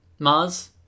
Mars